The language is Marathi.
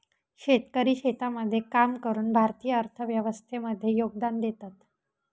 शेतकरी शेतामध्ये काम करून भारतीय अर्थव्यवस्थे मध्ये योगदान देतात